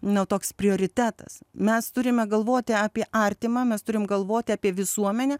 na toks prioritetas mes turime galvoti apie artimą mes turim galvoti apie visuomenę